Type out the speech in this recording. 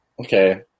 okay